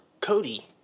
Cody